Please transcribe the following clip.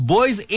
Boys